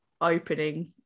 opening